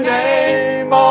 name